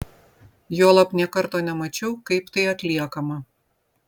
juolab nė karto nemačiau kaip tai atliekama